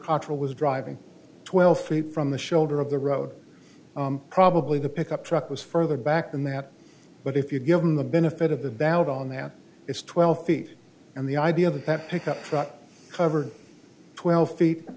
cotterell was driving twelve feet from the shoulder of the road probably the pickup truck was further back than that but if you give them the benefit of the doubt on that it's twelve feet and the idea that that pickup truck covered twelve feet